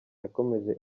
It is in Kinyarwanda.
yakomeje